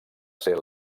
ser